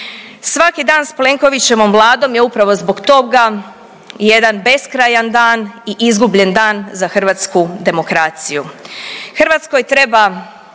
Svaki dan s Plenkovićevom Vladom je upravo zbog toga jedan beskrajan dan i izgubljen dan za hrvatsku demokraciju. Hrvatskoj treba